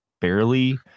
barely